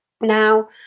Now